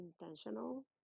intentional